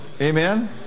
Amen